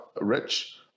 Rich